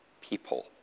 people